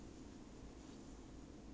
you know all those culottes right